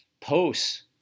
posts